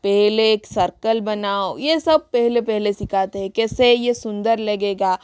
पहले एक सर्कल बनाओ यह सब पहले पहले सिखाते हैं कैसे यह सुन्दर लगेगा